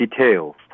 details